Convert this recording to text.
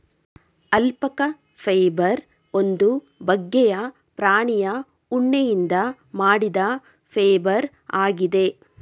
alpaca fibre ಒಂದು ಬಗ್ಗೆಯ ಪ್ರಾಣಿಯ ಉಣ್ಣೆಯಿಂದ ಮಾಡಿದ ಫೈಬರ್ ಆಗಿದೆ